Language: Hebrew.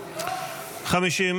הפחתת תקציב לא נתקבלו.